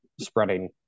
spreading